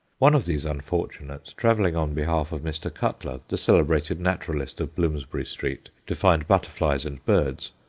one of these unfortunates, travelling on behalf of mr. cutler, the celebrated naturalist of bloomsbury street, to find butterflies and birds,